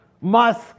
musk